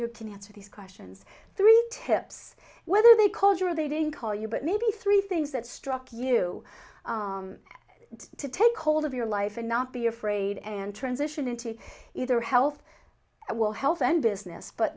you can answer these questions three tips whether they called you or they didn't call you but maybe three things that struck you to take hold of your life and not be afraid and transition into either health and well health and business but